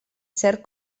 ser